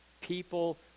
people